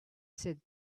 said